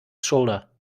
shoulder